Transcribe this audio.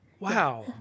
Wow